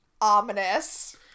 ominous